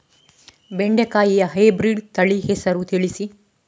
ಬೆಂಡೆಕಾಯಿಯ ಹೈಬ್ರಿಡ್ ತಳಿ ಹೆಸರು ತಿಳಿಸಿ?